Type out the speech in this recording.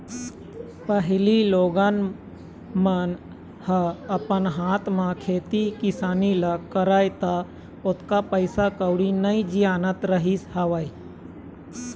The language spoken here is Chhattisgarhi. पहिली लोगन मन ह अपन हाथ म खेती किसानी ल करय त ओतका पइसा कउड़ी नइ जियानत रहिस हवय